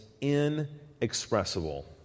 inexpressible